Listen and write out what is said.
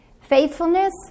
Faithfulness